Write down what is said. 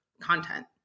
content